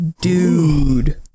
dude